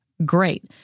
great